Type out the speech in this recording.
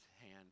hand